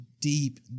deep